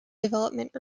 development